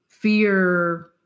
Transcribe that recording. fear